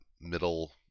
middle